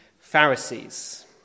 Pharisees